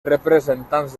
representants